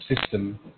system